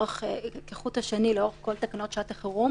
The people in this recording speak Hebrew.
סוהר בהתאם להוראת רופא לפי סעיף 2(ג) לצו כאמור,